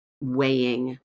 weighing